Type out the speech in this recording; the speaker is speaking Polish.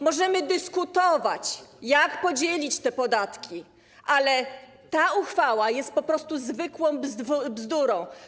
Możemy dyskutować, jak podzielić te podatki, ale ta uchwała jest po prostu zwykłą bzdurą.